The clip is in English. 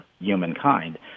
humankind